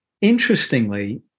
interestingly